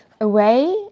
away